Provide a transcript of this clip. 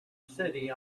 city